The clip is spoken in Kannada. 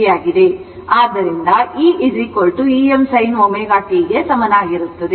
ಆದ್ದರಿಂದ e Em sin ω t ಗೆ ಸಮಾನವಾಗಿರುತ್ತದೆ